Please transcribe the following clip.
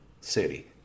city